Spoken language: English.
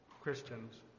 Christians